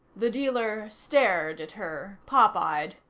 the dealer stared at her popeyed.